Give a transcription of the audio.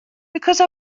because